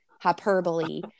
hyperbole